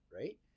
right